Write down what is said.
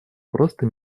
просто